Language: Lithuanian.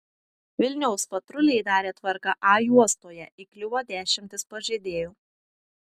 vilniaus patruliai darė tvarką a juostoje įkliuvo dešimtys pažeidėjų